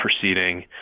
proceeding